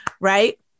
Right